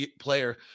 player